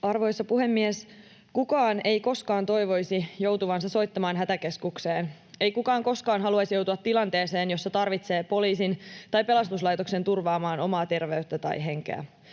Arvoisa puhemies! Kukaan ei koskaan toivoisi joutuvansa soittamaan hätäkeskukseen. Ei kukaan koskaan haluaisi joutua tilanteeseen, jossa tarvitsee poliisin tai pelastuslaitoksen turvaamaan omaa terveyttä tai henkeä,